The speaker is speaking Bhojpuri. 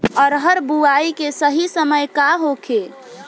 अरहर बुआई के सही समय का होखे?